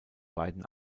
beiden